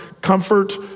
Comfort